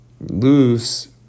loose